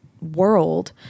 world